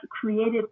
created